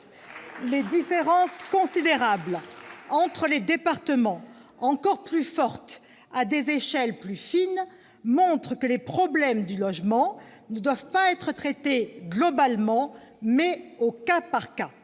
Les différences considérables existant entre les départements, d'ailleurs plus marquées encore à des échelles plus fines, montrent que les problèmes du logement ne doivent pas être traités globalement, mais au cas par cas,